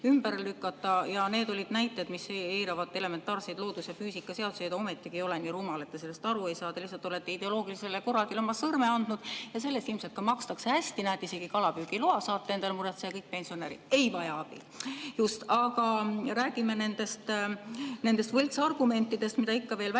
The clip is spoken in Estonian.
ümber lükata. Need olid näited, mis eiravad elementaarseid loodus‑ ja füüsikaseadusi. Te ometigi ei ole nii rumal, et te sellest aru ei saa. Te lihtsalt olete ideoloogilisele kuradile sõrme andnud. Selle eest ilmselt ka makstakse hästi, näed, isegi kalapüügiloa saate endale muretseda. Ja kõik pensionärid ei vaja abi. Just. Aga räägime nendest võltsargumentidest, mida ikka veel